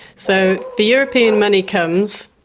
so the european money comes.